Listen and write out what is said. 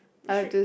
you should